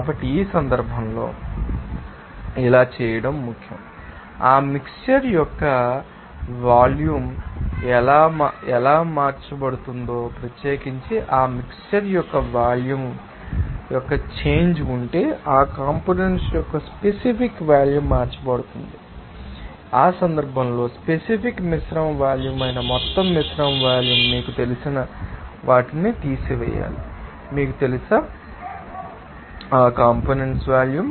కాబట్టి ఈ సందర్భంలో కాబట్టి అలా చేయడం చాలా ముఖ్యం ఆ మిక్శ్చర్ యొక్క వాల్యూమ్ ఎలా మార్చబడుతుందో ప్రత్యేకించి ఆ మిక్శ్చర్ యొక్క వాల్యూమ్ వ్యక్తి యొక్క చేంజ్ ఉంటే ఆ కంపోనెంట్స్ యొక్క స్పెసిఫిక్ వాల్యూమ్ మార్చబడుతుందని మీకు తెలుసు మరియు ఆ సందర్భంలో స్పెసిఫిక్ మిశ్రమ వాల్యూమ్ అయిన మొత్తం మిశ్రమ వాల్యూమ్ మీకు తెలిసిన వాటిని తీసివేయాలి మీకు తెలుసా మీకు తెలిసినది ఆ కంపోనెంట్స్ వాల్యూమ్